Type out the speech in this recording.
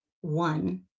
One